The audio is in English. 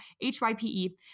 H-Y-P-E